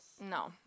No